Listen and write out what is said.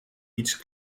iets